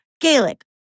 Gaelic